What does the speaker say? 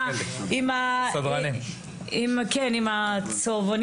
עם האפוד הצהוב.